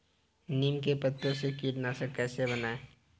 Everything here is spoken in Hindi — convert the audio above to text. नीम के पत्तों से कीटनाशक कैसे बनाएँ?